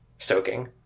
soaking